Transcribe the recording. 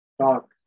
talk